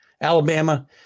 Alabama